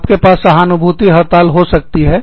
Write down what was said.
आपके पास सहानुभूति हड़ताल हो सकती है